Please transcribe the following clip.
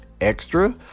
extra